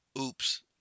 oops